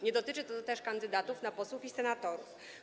Nie dotyczy to też kandydatów na posłów i senatorów.